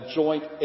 joint